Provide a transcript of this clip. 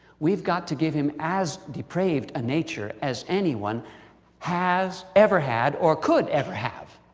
we've got to give him as depraved a nature as anyone has ever had or could ever have.